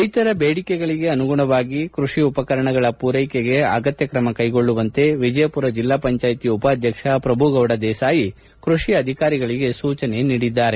ರೈತರ ಬೇಡಿಕೆಗೆ ಅನುಗುಣವಾಗಿ ಕೃಷಿ ಉಪಕರಣಗಳ ಪೂರೈಕೆಗೆ ಅಗತ್ಯ ತ್ರಮ ಕೈಗೊಳ್ಳುವಂತೆ ವಿಜಯಪುರ ಜಿಲ್ಲಾ ಪಂಚಾಯತಿ ಉಪಾಧ್ವಕ್ಷ ಪ್ರಭುಗೌಡ ದೇಸಾಯಿ ಕೃಷಿ ಅಧಿಕಾರಿಗಳಿಗೆ ಸೂಚನೆ ನೀಡಿದ್ದಾರೆ